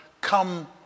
come